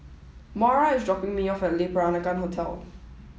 Moira is dropping me off at Le Peranakan Hotel